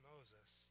Moses